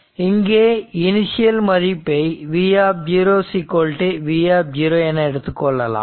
மற்றும் இங்கே இனிஷியல் மதிப்பை V V என எடுத்துக்கொள்ளலாம்